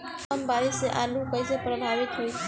कम बारिस से आलू कइसे प्रभावित होयी?